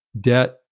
debt